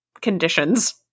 conditions